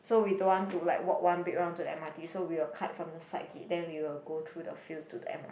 so we don't want to like walk one big round to the m_r_t so we will cut from the side gate then we will go through the field to the m_r_t